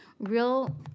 real